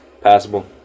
Passable